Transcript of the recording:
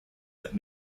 that